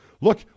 Look